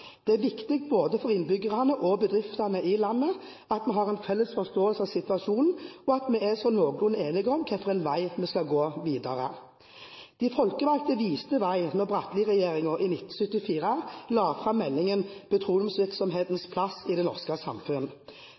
Det er viktig for både innbyggerne og bedriftene i landet at vi har en felles forståelse av situasjonen, og at vi er sånn noenlunde enige om hvilken vei vi skal gå videre. De folkevalgte viste vei da Bratteli-regjeringen i 1974 la fram meldingen «Petroleumsvirksomhetens plass i det norske samfunn».